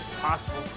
Possible